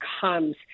comes